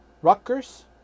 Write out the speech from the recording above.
Rutgers